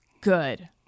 Good